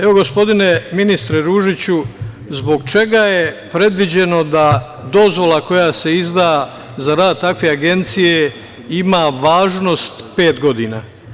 Evo, gospodine ministre Ružiću, zbog čega je predviđeno da dozvola koja se izda za rad takve agencije ima važnost pet godina?